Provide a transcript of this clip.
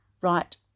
right